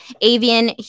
avian